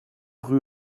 rue